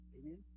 Amen